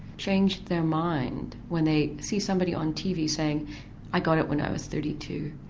change their mind when they see somebody on tv saying i got it when i was thirty two,